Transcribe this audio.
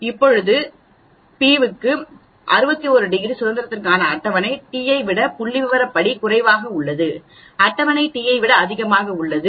இப்போது p க்கு 61 degree சுதந்திரத்திற்கான அட்டவணை t ஐ விட புள்ளிவிவரப்படி குறைவாக அல்லது அட்டவணை t ஐ விட அதிகமாக உள்ளது